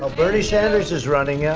ah bernie sanders is running, ah